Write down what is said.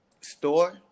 store